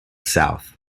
south